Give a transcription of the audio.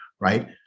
right